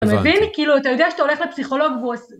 אתה מבין? הבנתי.. כאילו אתה יודע שאתה הולך לפסיכולוג ועושה...